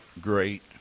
great